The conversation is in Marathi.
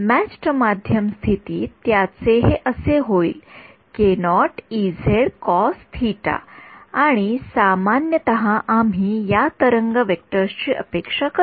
मॅचड् माध्यम स्थितीत त्याचे हे असे होईल आणि सामान्यत आम्ही या तरंग व्हेक्टर्स ची अपेक्षा करतो